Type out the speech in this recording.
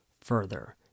further